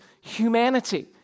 humanity